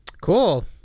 Cool